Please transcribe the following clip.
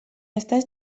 estàs